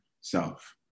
self